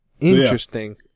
Interesting